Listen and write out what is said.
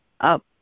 up